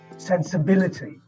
sensibility